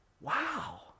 Wow